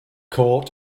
court